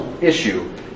issue